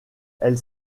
elle